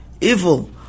Evil